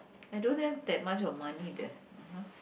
I don't have that much of money there (uh huh)